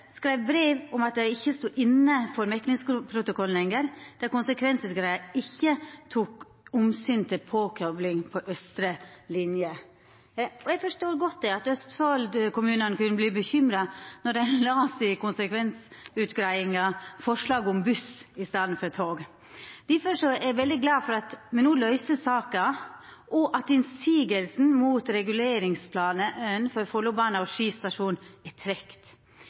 skreiv brev om at dei ikkje stod inne for meklingsprotokollen lenger, då konsekvensutgreiinga ikkje tok omsyn til påkopling på austre linje. Eg forstår godt at Østfold-kommunane kunne verta bekymra, når dei las i konsekvensutgreiinga om forslaget om buss i staden for tog. Difor er eg veldig glad for at me no løyser saka, og at innvendinga mot reguleringsplanen for Follobana og Ski stasjon er trekt.